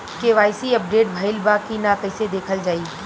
KYC update भइल बा कि ना कइसे देखल जाइ?